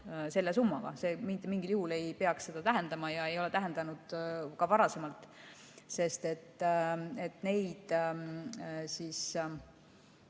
selle summaga, see mitte mingil juhul ei peaks seda tähendama ja ei ole tähendanud ka varasemalt, sest neid sildiga